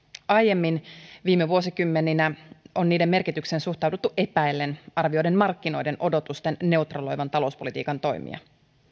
aiemmin viime vuosikymmeninä on niiden merkitykseen suhtauduttu epäillen arvioiden markkinoiden odotusten neutraloivan talouspolitiikan toimia